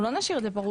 לא נשאיר את זה פרוץ.